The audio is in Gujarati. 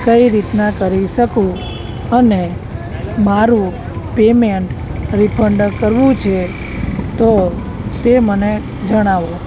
કઈ રીતના કરી શકું અને મારૂં પેમેન્ટ રિફંડ કરવું છે તો તે મને જણાવો